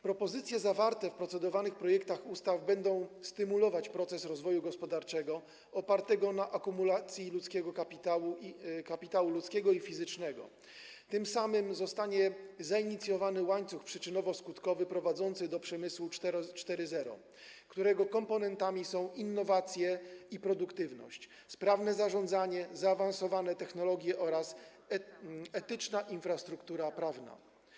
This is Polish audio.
Propozycje zawarte w procedowanych projektach ustaw będą stymulować proces rozwoju gospodarczego opartego na akumulacji kapitału ludzkiego, fizycznego, tym samym zostanie zainicjowany łańcuch przyczynowo-skutkowy prowadzący do przemysłu 4.0, którego komponentami są innowacje i produktywność, sprawne zarządzanie, zaawansowane technologie oraz infrastruktura etyczna, infrastruktura prawna.